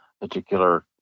particular